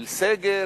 של סגר,